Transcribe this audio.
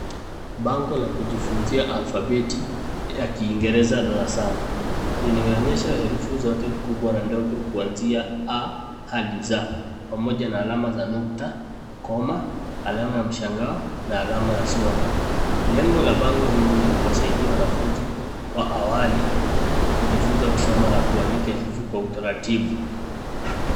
Bango la kujifunzia alfabeti ya kiingereza darasani. Inaonyesha herufi zote kubwa na ndogo kuanzia A hadi Z, pamoja na alama za nukta, koma, alama ya mshangao na alama ya swali. Lengo la bango hili ni kuwasaidia wanafunzi wa awali kujifunza kusoma na kuandika herufi kwa utaratibu.